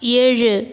ஏழு